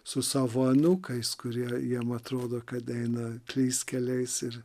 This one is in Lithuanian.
su savo anūkais kurie jam atrodo kad eina klystkeliais ir